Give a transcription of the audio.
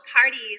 parties